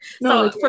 no